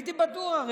הייתי בטוח.